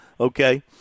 Okay